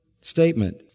statement